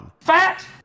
Fat